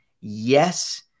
yes